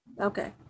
okay